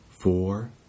Four